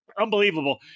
Unbelievable